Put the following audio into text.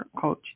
coach